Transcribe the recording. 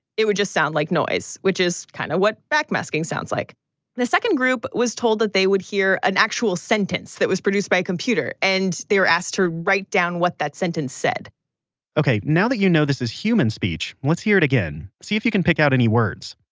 it would just sound like noise, which is kind of what backmasking sounds like the second group was told that they would hear an actual sentence that was produced by a computer and they were asked to write down what that sentence said ok, now that you know this is human speech, let's hear it again. see if you can pick out any words